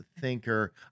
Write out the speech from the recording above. thinker